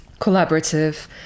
collaborative